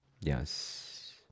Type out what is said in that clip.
yes